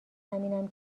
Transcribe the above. همینم